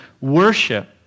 worship